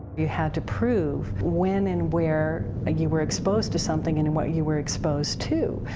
you had to prove when and where you were exposed to something and and what you were exposed to,